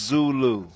Zulu